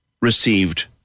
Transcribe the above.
received